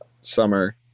summer